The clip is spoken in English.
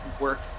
work